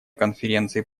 конференции